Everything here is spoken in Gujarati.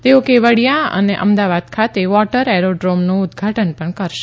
તેઓ કેવડિયા અને અમદાવાદ ખાતે વોટર એરોડ્રોમનું ઉદ્વાટન પણ કરશે